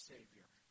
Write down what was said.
Savior